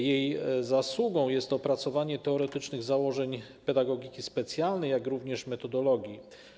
Jej zasługą jest opracowanie teoretycznych założeń pedagogiki specjalnej, jak również metodologii.